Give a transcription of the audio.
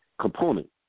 component